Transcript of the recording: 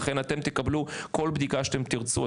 לכן אתם תקבלו כל בדיקה שתרצו,